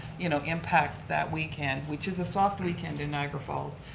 you know, impact that we can, which is a soft weekend in niagara falls,